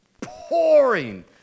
pouring